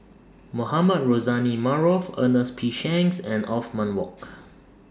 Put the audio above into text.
Mohamed Rozani Maarof Ernest P Shanks and Othman Wok